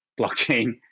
blockchain